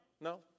No